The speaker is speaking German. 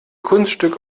kunststück